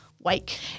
Wake